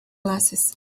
glasses